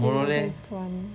then tomorrow leh